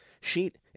sheet